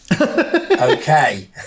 okay